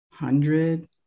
hundred